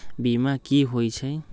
बीमा कि होई छई?